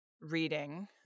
reading